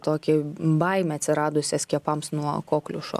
tokį baimę atsiradusią skiepams nuo kokliušo